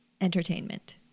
entertainment